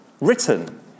written